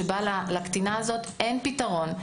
שבו לקטינה הזו אין פתרון,